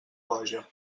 boja